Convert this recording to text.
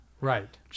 Right